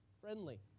friendly